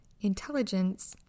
intelligence